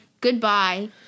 Goodbye